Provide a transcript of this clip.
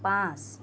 পাঁচ